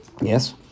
Yes